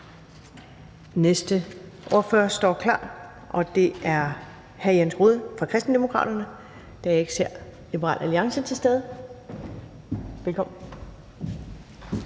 næste ordfører står klar, og det er hr. Jens Rohde fra Kristendemokraterne, da jeg ikke ser Liberal Alliance til stede. Velkommen.